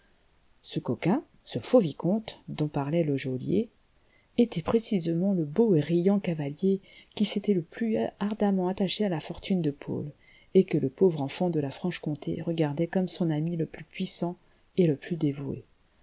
ce coquin ce faux vicomte dont parlait le geôlier était précisément le beau et riant cavalier qui s'était le plus ardemment attaché à la fortune de paul et que le pauvre enfant de la franche-comté regardait comme son ami le plus puissant et le plus dévoué